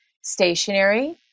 stationary